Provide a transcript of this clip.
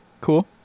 cool